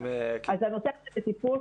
אז הנושא הזה בטיפול,